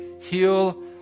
heal